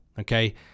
Okay